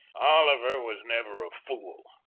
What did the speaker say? oliver was never a fool.